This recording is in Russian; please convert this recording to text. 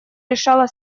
решала